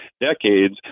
decades